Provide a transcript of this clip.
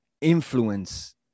influence